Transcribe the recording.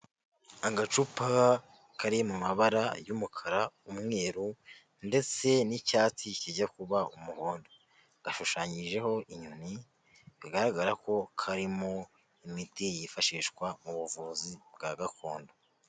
Agacupa kari mu mabara y'umukara, umweru, ndetse n'icyatsi kijya kuba umuhondo. Gashushanyijeho inyoni, bigaragara ko karimo imiti yifashishwa mu buvuzi bwa gakondo.